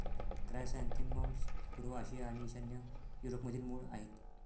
chrysanthemums पूर्व आशिया आणि ईशान्य युरोपमधील मूळ आहेत